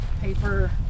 paper